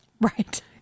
Right